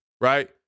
right